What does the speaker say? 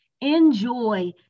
Enjoy